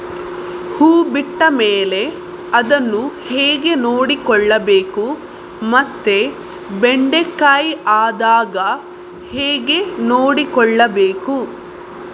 ಹೂ ಬಿಟ್ಟ ಮೇಲೆ ಅದನ್ನು ಹೇಗೆ ನೋಡಿಕೊಳ್ಳಬೇಕು ಮತ್ತೆ ಬೆಂಡೆ ಕಾಯಿ ಆದಾಗ ಹೇಗೆ ನೋಡಿಕೊಳ್ಳಬೇಕು?